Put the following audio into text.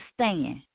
stand